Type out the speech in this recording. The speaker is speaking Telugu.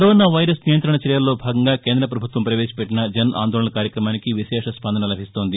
కరోనా వైరస్ నియంతణ చర్యల్లో భాగంగా కేంద్రపభుత్వం భవేశపెట్టిన జన్ ఆందోళన్ కార్యక్రమానికి విశేష స్పందన లభిస్తోంది